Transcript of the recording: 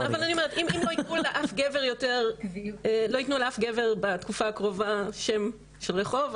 אם לא יתנו לאף גבר בתקופה הקרובה שם של רחוב,